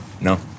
No